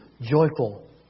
joyful